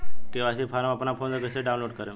KYC form अपना phone मे कइसे डाऊनलोड करेम?